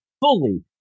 fully